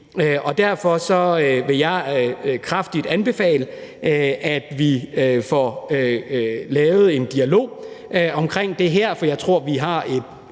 Derfor vil jeg kraftigt anbefale, at vi får lavet en dialog omkring det her, for jeg tror, vi har et